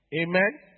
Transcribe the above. Amen